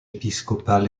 épiscopal